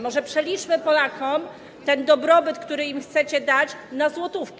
Może przeliczmy Polakom ten dobrobyt, który im chcecie dać, na złotówki.